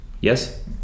Yes